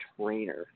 trainer